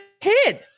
kid